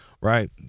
right